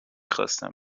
خواستم